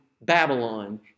Babylon